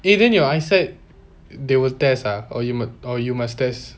eh then your eyesight they will test ah or you or you must test